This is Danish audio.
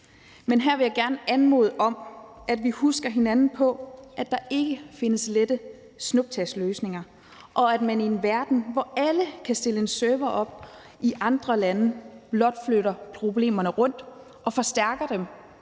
men her vil jeg gerne anmode om, at vi husker hinanden på, at der ikke findes lette snuptagsløsninger, og at vi i en verden, hvor alle kan stille en server op i andre lande, blot flytter problemerne rundt og forstærker dem,